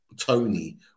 Tony